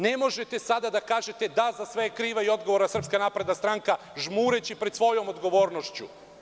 Ne možete sada da kažete – da, za sve je kriva i odgovorna SNS, žmureći pred svojom odgovornošću.